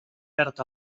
perd